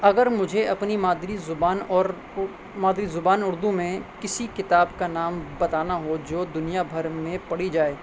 اگر مجھے اپنی مادری زبان اور مادری زبان اردو میں کسی کتاب کا نام بتانا ہو جو دنیا بھر میں پڑھی جائے